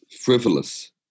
frivolous